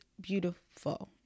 beautiful